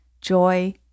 joy